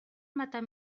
matar